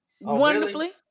Wonderfully